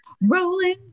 Rolling